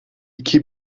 iki